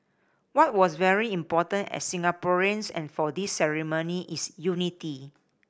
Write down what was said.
what was very important as Singaporeans and for this ceremony is unity